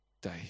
day